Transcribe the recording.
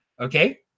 okay